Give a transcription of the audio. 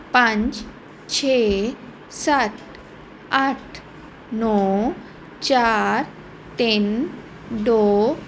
ਪੰਜ ਛੇ ਸੱਤ ਅੱਠ ਨੌਂ ਚਾਰ ਤਿੰਨ ਦੋ